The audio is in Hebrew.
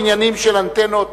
בעניינים של אנטנות,